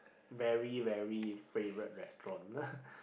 very very favourite restaurant